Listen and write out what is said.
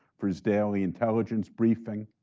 for his daily intelligence briefing.